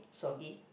soggy